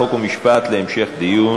חוק ומשפט נתקבלה.